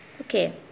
okay